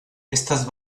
estas